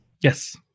Yes